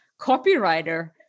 copywriter